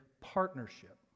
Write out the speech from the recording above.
partnership